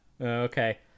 Okay